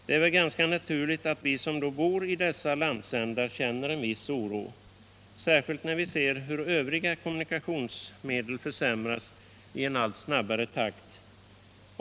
Det är väl ganska naturligt att vi som bor i dessa landsändar känner en viss oro — särskilt när vi ser hur övriga kommunikationsmedel försämras i allt snabbare takt.